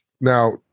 now